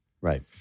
Right